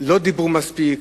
לא דיברו מספיק,